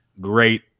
great